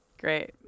Great